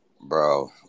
Bro